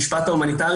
לפי המשפט ההומניטרי,